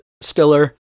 Stiller